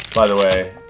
by the way,